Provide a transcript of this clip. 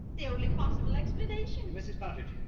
the only possible explanation. mrs. pattridge,